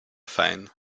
fein